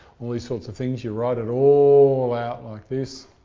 all these sorts of things. you write it all out like this.